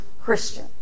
Christian